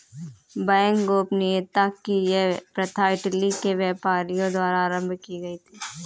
bank गोपनीयता की यह प्रथा इटली के व्यापारियों द्वारा आरम्भ की गयी थी